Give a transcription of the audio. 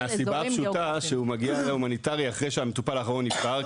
מהסיבה הפשוטה שהוא מגיע להומניטרי אחרי שהמטופל האחרון נפטר,